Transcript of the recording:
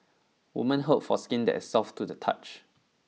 women hope for skin that is soft to the touch